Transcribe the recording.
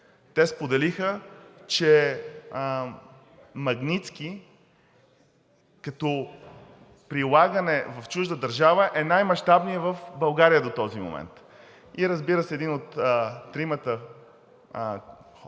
те споделиха, че „Магнитски“ като прилагане в чужда държава е най-мащабният в България до този момент и разбира се, един от тримата